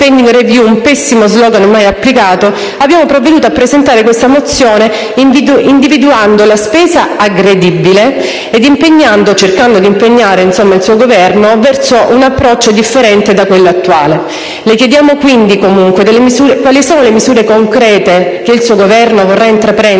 un pessimo *slogan* mai applicato, abbiamo provveduto a presentare questa mozione, individuando la spesa aggredibile e cercando di impegnare il suo Governo verso un approccio differente da quello attuale. Le chiediamo, quindi, quali sono le misure concrete che il suo Governo vorrà intraprendere,